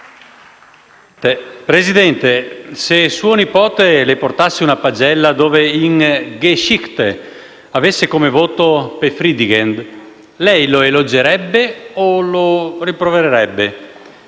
Presidente, se suo nipote le portasse una pagella dove in *Geschichte* avesse come voto *befriedigend*, lei lo elogerebbe o lo rimprovererebbe?